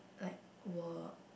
like work